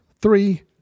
three